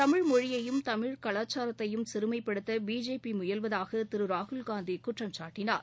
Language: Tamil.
தமிழ் மொழியையும் தமிழ் கலாச்சாரத்தையும் சிறுமைப்படுத்த பிஜேபி முயல்வதாக திரு ராகுல்காந்தி குற்றம்சாட்டினார்